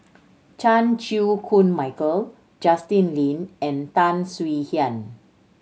Chan Chew Koon Michael Justin Lean and Tan Swie Hian